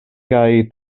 kaj